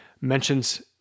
mentions